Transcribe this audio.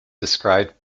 described